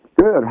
Good